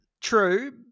True